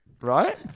right